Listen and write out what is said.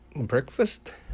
breakfast